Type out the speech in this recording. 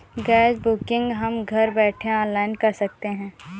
gas booking हम घर बैठे ऑनलाइन कर सकते है